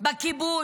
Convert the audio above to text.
עם הכיבוש?